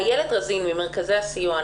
איילת רזין ממרכזי הסיוע.